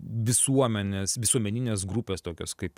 visuomenės visuomeninės grupės tokios kaip